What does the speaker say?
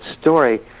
story